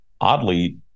oddly